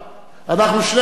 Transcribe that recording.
אנחנו שנינו קרובים,